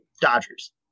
Dodgers